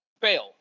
Fail